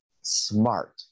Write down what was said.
smart